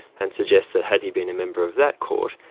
and suggests that had he been a member of that court,